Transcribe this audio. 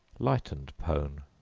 lightened pone.